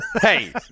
Hey